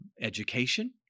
Education